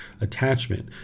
attachment